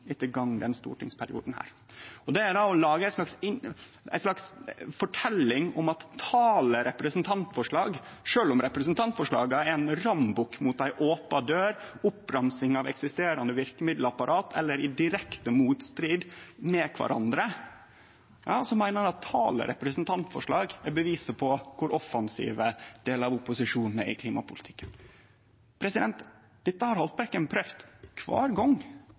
etter gong denne stortingsperioden. Det er å lage ei slags forteljing om at antalet representantforslag – sjølv om representantforslaga er ein rambukk mot ei open dør, oppramsing av eksisterande verkemiddelapparat eller i direkte motstrid med kvarandre – er beviset på kor offensive delar av opposisjonen er i klimapolitikken. Dette har Haltbrekken prøvd på kvar gong.